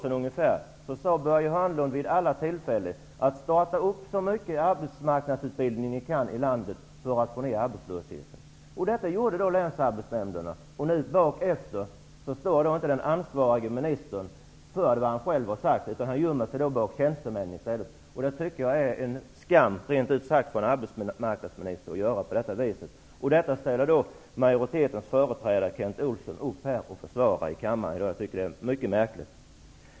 Jo, för ungefär ett år sedan sade Börje Hörnlund vid alla tillfällen: Starta så mycket arbetsmarknadsutbildning ni kan i landet för att få ner arbetslösheten. Det gjorde Länsarbetsnämnderna, och nu står inte den ansvarige ministern för vad han själv har sagt utan gömmer sig i stället bakom tjänstemän. Jag tycker rent ut sagt att det är en skam för arbetsmarknadsministern att göra på det viset. Det ställer majoritetens företrädare Kent Olsson upp på att försvara här i kammaren i dag. Jag tycker att det är mycket märkligt.